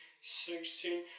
sixteen